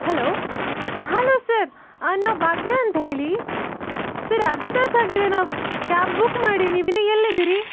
hello hello sir ನಾವು ಭಾಗ್ಯ ಅಂತ ಹೇಳಿ ಸರ್ ಅರ್ಧ ತಾಸಾಗಿದೆ ನಾವು ಕ್ಯಾಬ್ ಬುಕ್ ಮಾಡಿ ನೀವು ಇನ್ನೂ ಎಲ್ಲಿದ್ದೀರಿ